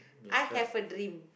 I have a dream